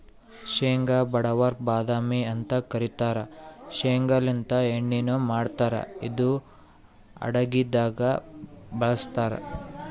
ಶೇಂಗಾ ಬಡವರ್ ಬಾದಾಮಿ ಅಂತ್ ಕರಿತಾರ್ ಶೇಂಗಾಲಿಂತ್ ಎಣ್ಣಿನು ಮಾಡ್ತಾರ್ ಇದು ಅಡಗಿದಾಗ್ ಬಳಸ್ತಾರ್